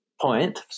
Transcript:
point